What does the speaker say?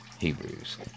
Hebrews